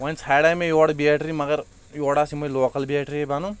وۄنۍ ژھانٛڈیاے مےٚ یورٕ بیٹری مگر یورٕ آسہٕ یمے لوکل بیٹریہِ بنان